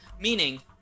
meaning